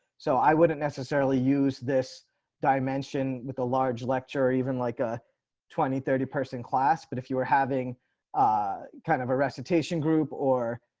so i wouldn't necessarily use this dimension with a large lecture or even like ah a thirty person class. but if you are having ah kind of a recitation group or